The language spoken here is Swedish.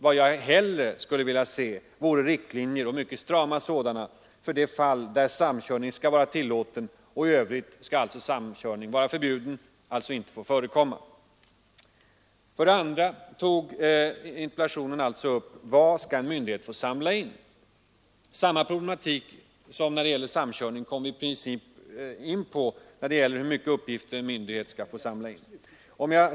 Vad jag hellre skulle se vore riktlinjer — och mycket strama sådana — för de få fall där samkörning skall vara tillåten. I övrigt skall samkörning inte få förekomma. För det andra tog jag i interpellationen upp frågan: Vad skall en myndighet få samla in? Samma problematik som när det gäller samkörning kommer vi i princip in på när det gäller hur mycket uppgifter en viss myndighet skall få samla in.